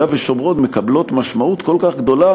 ושומרון מקבלות משמעות כל כך גדולה,